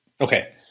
Okay